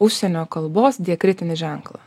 užsienio kalbos diakritinį ženklą